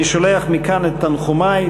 אני שולח מכאן את תנחומי,